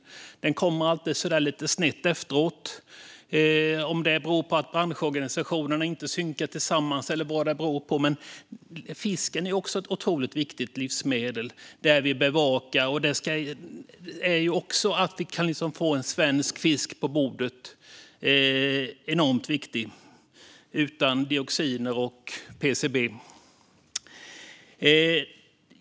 Den kommer alltid så där lite snett efter, om det nu beror på att branschorganisationerna inte synkar tillsammans eller vad det är, men fisken är också ett otroligt viktigt livsmedel som vi bevakar. Att kunna få en svensk fisk på bordet, utan dioxiner och PCB, är enormt viktigt.